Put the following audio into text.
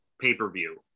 pay-per-view